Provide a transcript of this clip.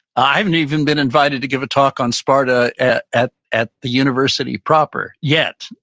i haven't even been invited to give a talk on sparta at at at the university proper yet.